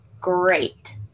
great